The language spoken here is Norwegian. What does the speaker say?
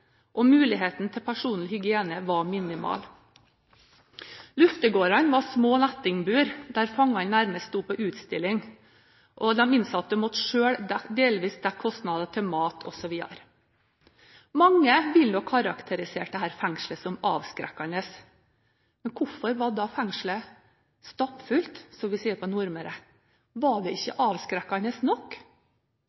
celle. Muligheten til personlig hygiene var minimal. Luftegårdene var små nettingbur der fangene nærmest sto på utstilling. De innsatte måtte selv delvis dekke kostnadene til mat osv. Mange vil nok karakterisere dette fengselet som avskrekkende. Men hvorfor var da fengselet stappfullt, som vi sier på Nordmøre? Var det ikke